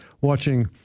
watching